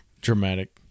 Dramatic